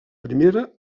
primera